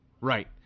Right